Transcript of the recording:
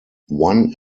one